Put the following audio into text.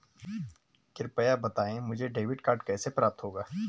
कृपया बताएँ मुझे डेबिट कार्ड कैसे प्राप्त होगा?